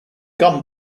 gun